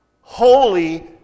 holy